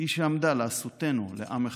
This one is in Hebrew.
היא שעמדה לעשותנו לעם אחד.